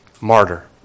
martyr